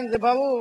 רבות.